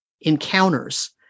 encounters